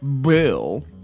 bill